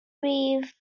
rhif